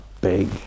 big